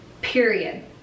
period